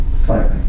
Slightly